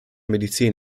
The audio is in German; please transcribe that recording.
medizin